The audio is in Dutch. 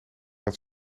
dat